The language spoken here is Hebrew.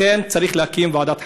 לכן, צריך להקים ועדת חקירה.